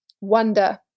wonder